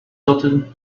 tilted